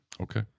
Okay